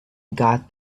got